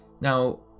Now